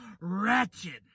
Wretched